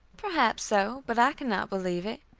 perhaps so, but i cannot believe it.